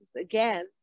again